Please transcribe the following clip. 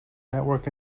network